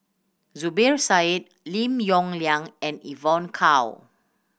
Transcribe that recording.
Zubir Said Lim Yong Liang and Evon Kow